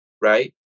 Right